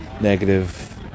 negative